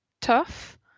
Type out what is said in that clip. tough